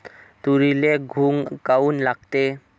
तुरीले घुंग काऊन लागते?